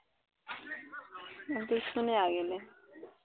सुने आगे में